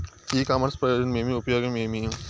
ఇ commerce ప్రయోజనం ఏమి? ఉపయోగం ఏమి?